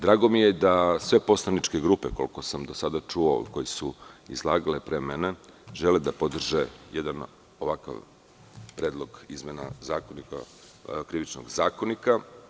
Drago mi je da sve poslaničke grupe, koliko sam do sada čuo, koje su izlagale pre mene, žele da podrže jedan ovakav predlog izmena Krivičnog zakonika.